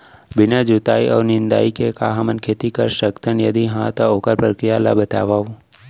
बिना जुताई अऊ निंदाई के का हमन खेती कर सकथन, यदि कहाँ तो ओखर प्रक्रिया ला बतावव?